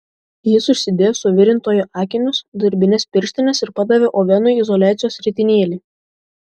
jis užsidėjo suvirintojo akinius darbines pirštines ir padavė ovenui izoliacijos ritinėlį